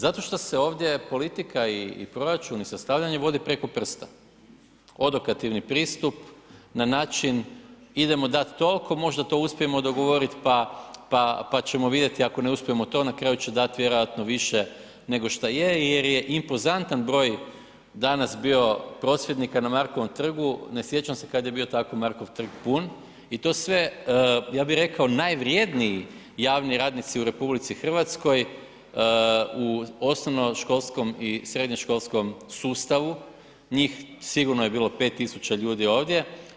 Zato šta se ovdje politika i proračun i stavljanje vodi preko prsta, odokativni pristup na način idemo dati toliko možda to uspijemo dogovoriti pa ćemo vidjeti, ako ne uspijemo to na kraju će dati vjerojatno više nego šta je jer je impozantan broj danas bio prosvjednika na Markovom trgu, ne sjećam se kada je bio tako Markov trg pun i to sve ja bih rekao najvrjedniji javni radnici u RH u osnovnoškolskom i srednjoškolskom sustavu, njih sigurno je bilo 5 tisuća ljudi ovdje.